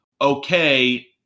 okay